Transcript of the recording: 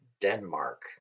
Denmark